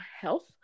health